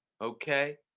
okay